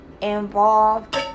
involved